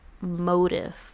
motive